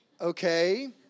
okay